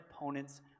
opponent's